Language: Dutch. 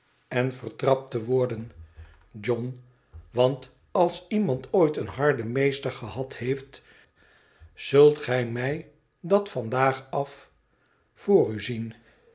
en vertrapt te worden john want ids iemand ooit een harden meester gehad heeft zult gij mij dat van vandaag af voor u zien